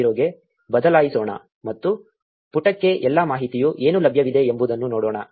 0 ಗೆ ಬದಲಾಯಿಸೋಣ ಮತ್ತು ಪುಟಕ್ಕೆ ಎಲ್ಲಾ ಮಾಹಿತಿಯು ಏನು ಲಭ್ಯವಿದೆ ಎಂಬುದನ್ನು ನೋಡೋಣ